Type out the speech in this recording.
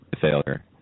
failure